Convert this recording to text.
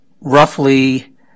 roughly